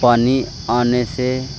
پانی آنے سے